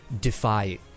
defy